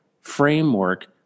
framework